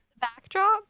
Backdrop